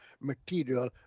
material